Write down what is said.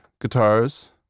guitars